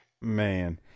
Man